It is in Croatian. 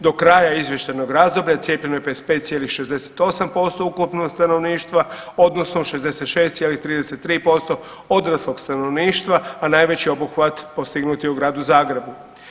Do kraja izvještajnog razdoblja cijepljeno je 55,68% ukupnog stanovništva odnosno 66,33% odraslog stanovništva, a najveći obuhvat postignut je u Gradu Zagrebu.